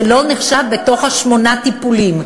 זה לא נחשב בתוך שמונת הטיפולים.